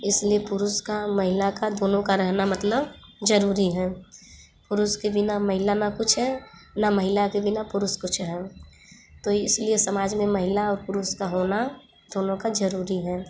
इस लिए पुरुष का महिला का दोनों का रहना मतलब ज़रूरी हैं पुरुष के बिना महिला ना कुछ है ना महिला के बिना पुरुष कुछ हैं तो इस लिए समाज में महिला और पुरुष का होना दोनों का ज़रूरी हैं